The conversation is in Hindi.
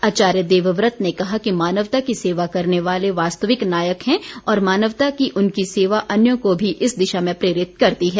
आचार्य देववत ने कहा कि मानवता की सेवा करने वाले वास्तविक नायक हैं और मानवता की उनकी सेवा अन्यों को भी इस दिशा में प्रेरित करती है